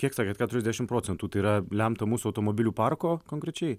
kiek sakėt keturiasdešimt procentų tai yra lemta mūsų automobilių parko konkrečiai